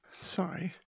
Sorry